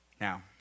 Now